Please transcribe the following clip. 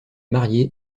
marié